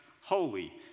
holy